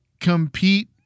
compete